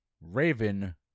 Raven